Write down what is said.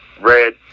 red